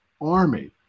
army